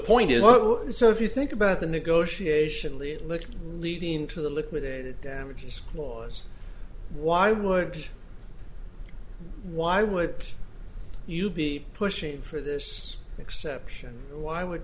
point is well so if you think about the negotiation late look leading to the liquidated damages clause why would why would you be pushing for this exception why would